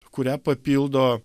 kurią papildo